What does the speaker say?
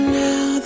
now